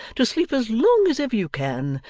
to sleep as long as ever you can,